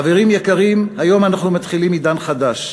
חברים יקרים, היום אנחנו מתחילים עידן חדש,